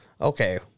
okay